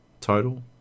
total